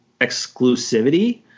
exclusivity